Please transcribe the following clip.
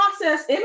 process